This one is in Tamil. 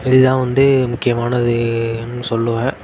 இது தான் வந்து முக்கியமானதுன்னு சொல்லுவேன்